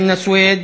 חנא סוייד,